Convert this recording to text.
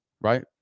right